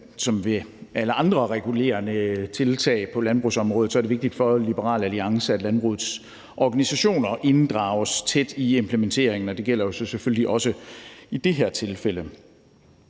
som ved alle andre regulerende tiltag på landbrugsområdet er det vigtigt for Liberal Alliance, at landbrugets organisationer inddrages tæt i implementeringen, og det gælder jo selvfølgelig også i det her tilfælde.